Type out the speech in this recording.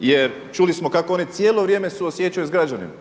jer čuli smo kako oni cijelo vrijeme suosjećaju sa građanima